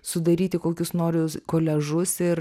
sudaryti kokius noriu koliažus ir